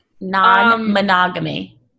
Non-monogamy